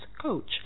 coach